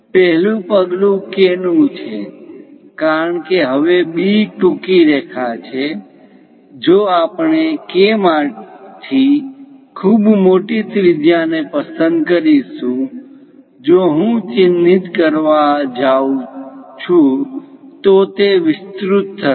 પહેલું પગલું K નું છે કારણ કે હવે B ટૂંકી રેખા છે જો આપણે K માંથી ખૂબ મોટી ત્રિજ્યા ને પસંદ કરીશું જો હું ચિહ્નિત કરવા જાઉં છું તો તે વિસ્તૃત થશે